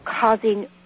causing